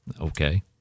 Okay